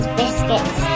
biscuits